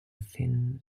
thin